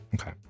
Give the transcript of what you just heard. Okay